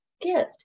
gift